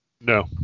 No